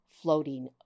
floating